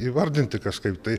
įvardinti kažkaip tai